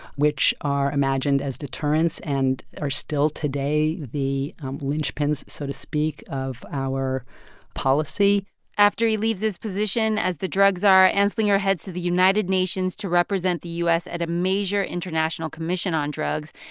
which are imagined as deterrents and are still today the linchpins, so to speak, of our policy after he leaves his position as the drug czar, anslinger heads to the united nations to represent the u s. at a major international commission on drugs.